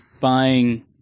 buying